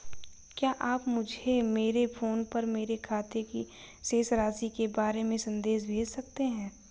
क्या आप मुझे मेरे फ़ोन पर मेरे खाते की शेष राशि के बारे में संदेश भेज सकते हैं?